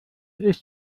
ist